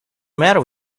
matter